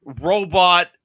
robot